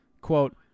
quote